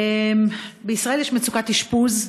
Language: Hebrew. בישראל יש מצוקת אשפוז,